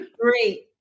Great